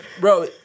Bro